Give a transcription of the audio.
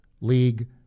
league